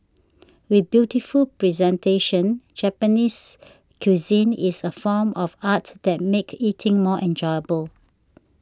with beautiful presentation Japanese cuisine is a form of art that make eating more enjoyable